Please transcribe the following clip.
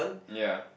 ya